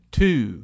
two